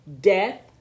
death